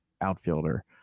outfielder